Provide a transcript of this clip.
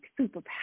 superpower